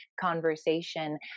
conversation